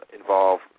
involve